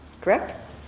Correct